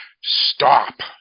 stop